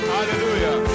Hallelujah